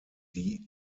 die